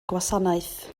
gwasanaeth